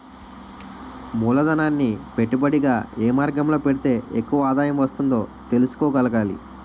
మూలధనాన్ని పెట్టుబడిగా ఏ మార్గంలో పెడితే ఎక్కువ ఆదాయం వస్తుందో తెలుసుకోగలగాలి